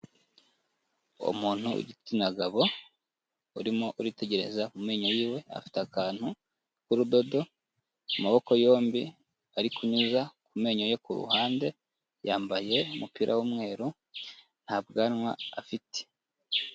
Umuntu w'igitsina gabo urimo uritegereza ku menyo yiwe, afite akantu k'urudodo, amaboko yombi ari kunyuza ku menyo yo kuruhande, yambaye umupira w'umweru, nta bwanwa afite.